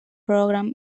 program